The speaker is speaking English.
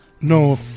No